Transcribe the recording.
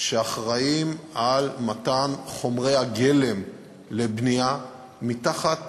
שאחראים למתן חומרי הגלם לבנייה מתחת